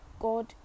God